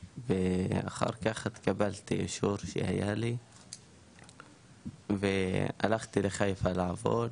ואחר כך קיבלתי אישור שהיה לי והלכתי לחיפה לעבוד,